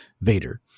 Vader